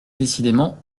décidément